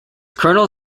colonel